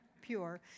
pure